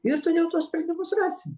ir toliau tuos sprendimus rasim